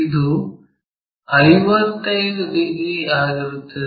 ಇದು 55 ಡಿಗ್ರಿ ಆಗಿರುತ್ತದೆ